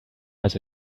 has